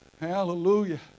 Hallelujah